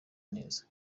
neza